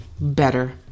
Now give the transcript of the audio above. better